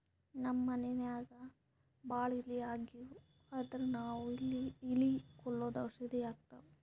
ನಮ್ಮ್ ಮನ್ಯಾಗ್ ಭಾಳ್ ಇಲಿ ಆಗಿವು ಅಂದ್ರ ನಾವ್ ಇಲಿ ಕೊಲ್ಲದು ಔಷಧ್ ಹಾಕ್ತಿವಿ